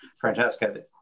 Francesca